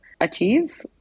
achieve